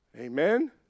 Amen